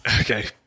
Okay